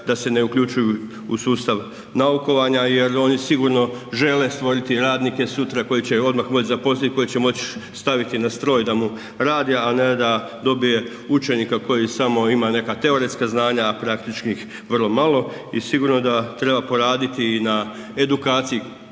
da se ne uključuju u sustav naukovanja jer oni sigurno žele stvoriti radnike sutra koje će odmah moći zaposliti koji će moći staviti na stroj da mu radi, a ne da dobije učenika koji samo ima neka teoretska znanja, a praktičnih vrlo malo i sigurno da treba poraditi na edukaciji